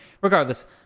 Regardless